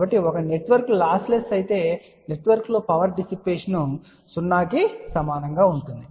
కాబట్టి ఒక network lossless అయితే నెట్వర్క్లో పవర్ డిస్సిపేషన్ 0 కి సమానంగా ఉంటుంది